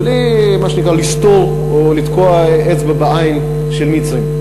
בלי מה שנקרא לסטור או לתקוע אצבע בעין של המצרים.